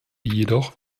jedoch